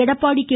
Edappadi K